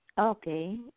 Okay